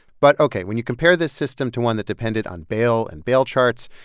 but, ok, when you compare this system to one that depended on bail and bail charts,